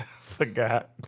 forgot